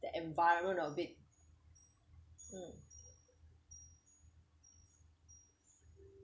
the environment of it mm